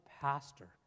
pastor